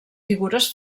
figures